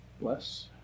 Bless